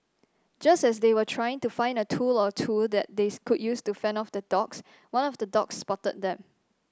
just as they were trying to find a tool or two that they could use to fend off the dogs one of the dogs spotted them